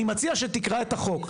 אני מציע שתקרא את החוק,